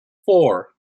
four